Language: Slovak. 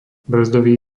brzdový